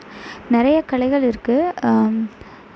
நிறையா கலைகள் இருக்கு